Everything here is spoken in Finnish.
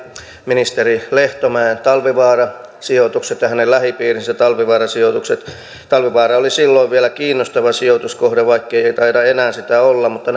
ministeri lehtomäen talvivaara sijoitukset ja hänen lähipiirinsä talvivaara sijoitukset talvivaara oli silloin vielä kiinnostava sijoituskohde vaikkei taida enää sitä olla mutta